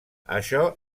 això